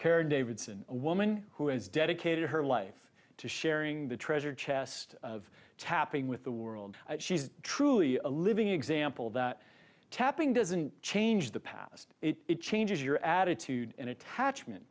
karen davidson a woman who has dedicated her life to sharing the treasure chest of tapping with the world she's truly a living example that tapping doesn't change the past it changes your attitude and attachment